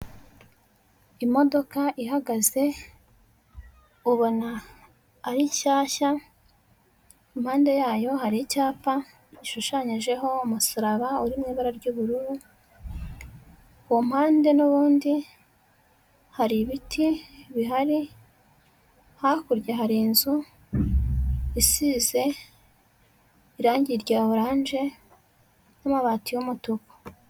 Imodoka ihagaze ubona ari nshyashya, impande yayo hari icyapa gishushanyijeho umusaraba uri mu ibara ry'ubururu, ku mpande n'ubundi hari ibiti bihari, hakurya hari inzu isize irangi rya oranje n'amabati y'umutuku.